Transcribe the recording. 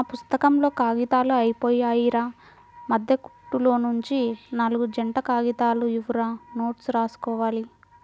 నా పుత్తకంలో కాగితాలు అయ్యిపొయ్యాయిరా, మద్దె కుట్టులోనుంచి నాల్గు జంట కాగితాలు ఇవ్వురా నోట్సు రాసుకోవాలి